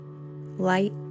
light